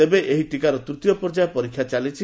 ଏବେ ଏହି ଟୀକାର ତ୍ତୀୟ ପର୍ଯ୍ୟାୟ ପରୀକ୍ଷା ଚାଲିଛି